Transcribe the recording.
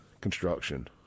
construction